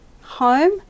home